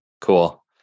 Cool